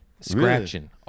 scratching